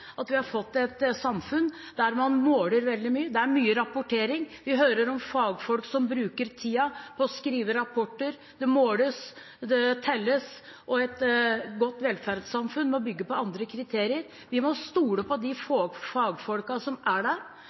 at vi har fått et samfunn der man måler veldig mye, det er mye rapportering. Vi hører om fagfolk som bruker tiden på å skrive rapporter. Det måles og telles. Et godt velferdssamfunn må bygge på andre kriterier. Vi må stole på de fagfolkene som er der,